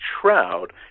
Shroud